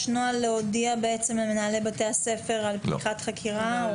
נוהל להודיע למנהלי בתי הספר על פתיחת חקירה?